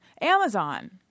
Amazon